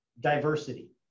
Diversity